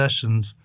sessions